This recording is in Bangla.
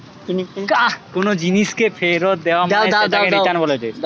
কোনো জিনিসকে ফেরত দেয়া মানে সেটাকে রিটার্ন বলেটে